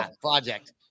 Project